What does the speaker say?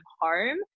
home